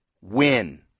win